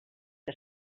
que